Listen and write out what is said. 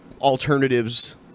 alternatives